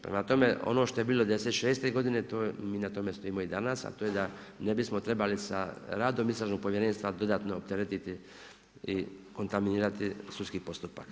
Prema tome ono što je bilo '96. g. mi na tome stojimo i danas, a to je da ne bismo trebali s radom istražnog povjerenstva dodatno opteretiti i kontaminirati sudski postupak.